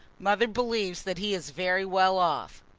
mother believes that he is very well off.